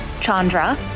Chandra